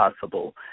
possible